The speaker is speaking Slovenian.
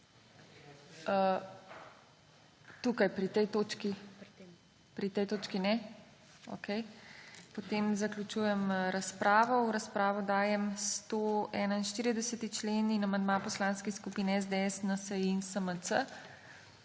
pri tej točki. Pri tej točki ne. Potem zaključujem razpravo. V razpravo dajem 141. člen in amandma poslanskih skupin SDS, NSi in SMC.